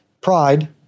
Pride